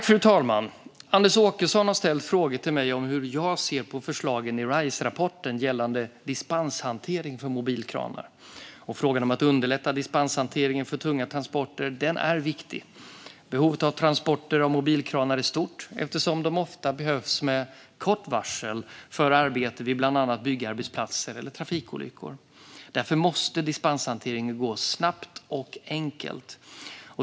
Fru talman! Anders Åkesson har ställt frågor till mig om hur jag ser på förslagen i Riserapporten gällande dispenshantering för mobilkranar. Frågan om att underlätta dispenshanteringen för tunga transporter är viktig. Behovet av transporter av mobilkranar är stort eftersom de ofta behövs med kort varsel för arbete vid bland annat byggarbetsplatser och trafikolyckor. Därför måste dispenshanteringen gå snabbt och enkelt.